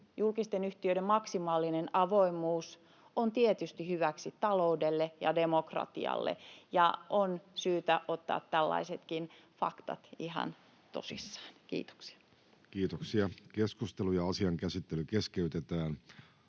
julkisten yhtiöiden maksimaalinen avoimuus, on tietysti hyväksi taloudelle ja demokratialle, ja on syytä ottaa tällaisetkin faktat ihan tosissaan. — Kiitoksia. [Speech 77] Speaker: Juha Hänninen